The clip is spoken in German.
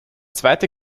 zweiter